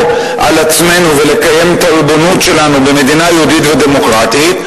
על עצמנו ולקיים את הריבונות שלנו במדינה יהודית דמוקרטית,